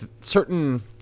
certain